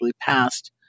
passed